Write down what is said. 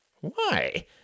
Why